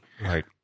Right